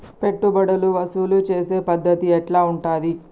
పెట్టుబడులు వసూలు చేసే పద్ధతి ఎట్లా ఉంటది?